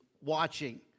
watching